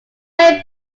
hair